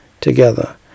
together